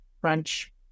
French